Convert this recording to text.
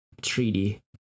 Treaty